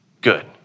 good